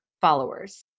followers